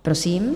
Prosím.